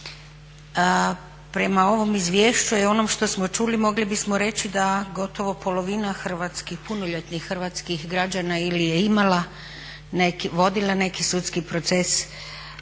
Prema ovom izvješću a i onom što smo čuli mogli bismo reći da gotovo polovina hrvatskih, punoljetnih hrvatskih građana ili je imala, vodila neki sudski proces